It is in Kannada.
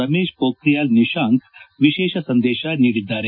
ರಮೇಶ್ ಪೋಖಿಯಾಲ್ ನಿಶಾಂಕ್ ವಿಶೇಷ ಸಂದೇಶ ನೀಡಿದ್ದಾರೆ